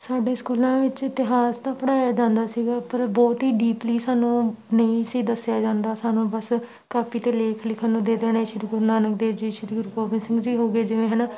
ਸਾਡੇ ਸਕੂਲਾਂ ਵਿੱਚ ਇਤਿਹਾਸ ਤਾਂ ਪੜ੍ਹਾਇਆ ਜਾਂਦਾ ਸੀਗਾ ਪਰ ਬਹੁਤ ਹੀ ਡੀਪਲੀ ਸਾਨੂੰ ਨਹੀਂ ਸੀ ਦੱਸਿਆ ਜਾਂਦਾ ਸਾਨੂੰ ਬਸ ਕਾਪੀ 'ਤੇ ਲੇਖ ਲਿਖਣ ਨੂੰ ਦੇ ਦੇਣੇ ਸ਼੍ਰੀ ਗੁਰੂ ਨਾਨਕ ਦੇਵ ਜੀ ਸ਼੍ਰੀ ਗੁਰੂ ਗੋਬਿੰਦ ਸਿੰਘ ਜੀ ਹੋ ਗਏ ਜਿਵੇਂ ਹੈ ਨਾ